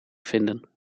vinden